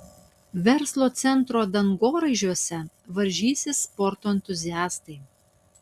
verslo centro dangoraižiuose varžysis sporto entuziastai